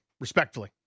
Respectfully